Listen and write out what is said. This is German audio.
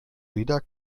jeder